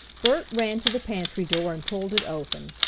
bert ran to the pantry door and pulled it open.